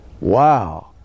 Wow